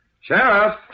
Sheriff